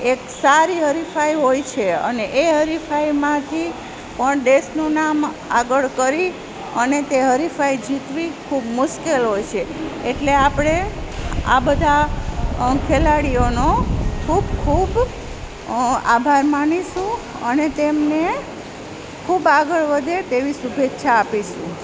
એક સારી હરીફાઈ હોય છે અને એ હરીફાઈમાંથી પણ દેશનું નામ આગળ કરી અને તે હરીફાઈ જીતવી ખૂબ મુશ્કેલ હોય છે એટલે આપણે આ બધાં ખેલાડીઓનો ખૂબ ખૂબ આભાર માનીશું અને તેમને ખૂબ આગળ વધે તેવી શુભેચ્છા આપીશું